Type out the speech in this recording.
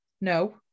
no